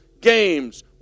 games